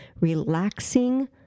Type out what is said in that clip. relaxing